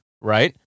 Right